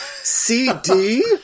CD